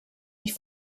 mich